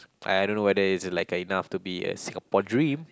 I I don't know whether is it like a enough to be a Singapore dream